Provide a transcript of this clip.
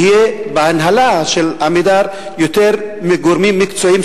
שיהיו בהנהלה של "עמידר" יותר גורמים מקצועיים